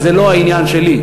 אבל זה לא העניין שלי,